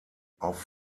auf